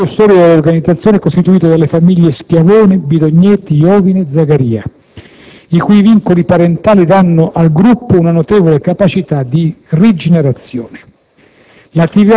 Il nucleo storico dell'organizzazione è costituito dalle famiglie Schiavone-Bidognetti-Iovine-Zagaria, i cui vincoli parentali danno al gruppo una notevole capacità di rigenerazione.